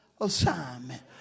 assignment